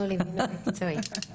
אנחנו ליווינו מקצועית.